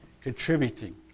contributing